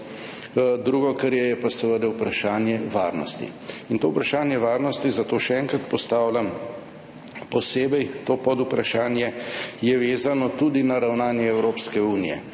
Drugo, kar je, je pa seveda vprašanje varnosti. To vprašanje varnosti, zato še enkrat postavljam posebej to podvprašanje, je vezano tudi na ravnanje Evropske unije.